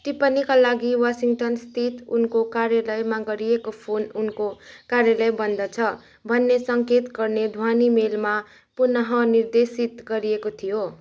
टिप्पणीका लागि वासिङ्टनस्थित उनको कार्यालयमा गरिएको फोन उनको कार्यालय बन्द छ भन्ने सङ्केत गर्ने ध्वानि मेलमा पुन निर्देशित गरिएको थियो